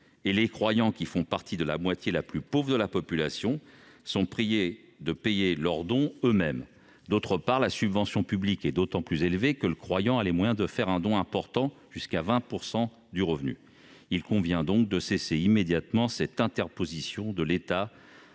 les croyants qui font partie de la moitié la plus pauvre de la population étant priés de payer leurs dons eux-mêmes ; d'autre part, la subvention publique est d'autant plus élevée que le croyant a les moyens de faire un don important, jusqu'à 20 % de son revenu. Il convient donc de faire cesser immédiatement cette interposition de l'État